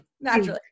Naturally